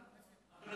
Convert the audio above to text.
פשוט מאוד.